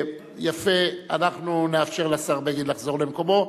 אנחנו נאפשר לשר בגין לחזור למקומו,